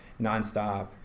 nonstop